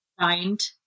find